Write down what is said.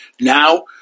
now